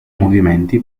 movimenti